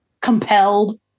compelled